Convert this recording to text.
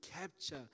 capture